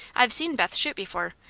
i've seen beth shoot before,